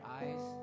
eyes